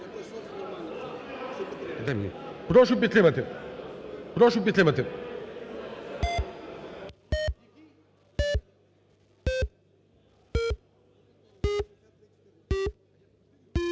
Прошу підтримати. Прошу підтримати.